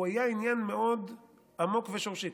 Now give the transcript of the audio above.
והוא היה עניין מאוד עמוק ושורשי.